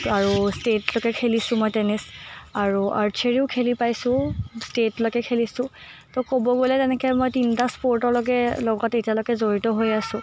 আৰু ষ্টেটলৈকে খেলিছোঁ মই টেনিছ আৰু আৰ্চাৰীও খেলি পাইছোঁ ষ্টেটলৈকে খেলিছোঁ তো ক'ব গ'লে তেনেকৈ মই তিনিটা স্প'ৰ্টৰ লগত জড়িত হৈ আছোঁ